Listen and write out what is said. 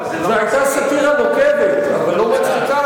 זו היתה סאטירה נוקבת אבל לא מצחיקה,